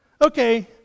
okay